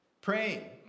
Praying